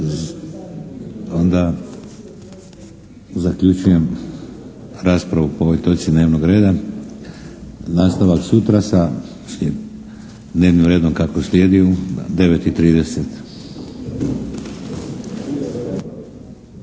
onda zaključujem raspravu po ovoj točci dnevnog reda. Nastavak sutra sa dnevnim redom kako slijedi u 9,30.